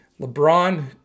LeBron